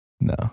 no